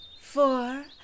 four